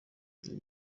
ibi